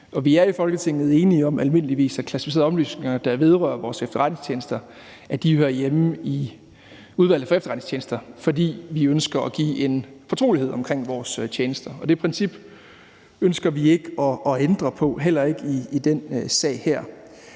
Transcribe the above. vi jo almindeligvis enige om, at klassificerede oplysninger, der vedrører vores efterretningstjenester, hører hjemme i Udvalget for Efterretningstjenesterne, fordi vi ønsker at give en fortrolighed omkring vores tjenester. Det princip ønsker vi ikke at ændre på, heller ikke i den her